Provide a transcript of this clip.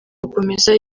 gukomeza